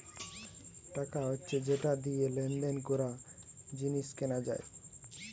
টাকা হচ্ছে যেটা দিয়ে লেনদেন করা, জিনিস কেনা যায়